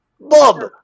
Bob